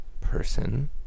person